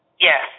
Yes